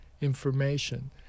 information